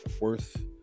worth